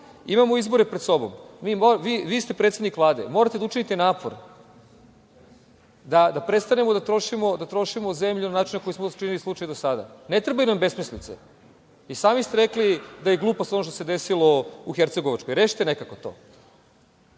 izbore pred sobom. Vi ste predsednik Vlade, morate da učinite napor da prestanemo da trošimo zemlju na način kako smo to činili do sada. Ne trebaju nam besmislice. I, sami ste rekli da je glupost ono što se desilo u Hercegovačkoj. Rešite nekako to.